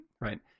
right